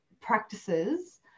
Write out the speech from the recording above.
practices